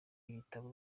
ibitabo